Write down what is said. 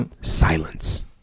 Silence